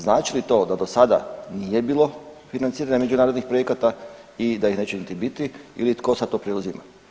Znači li to da do sada nije bilo financiranja međunarodnih projekata i da ih neće niti biti ili tko sad to preuzima?